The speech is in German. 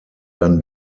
dann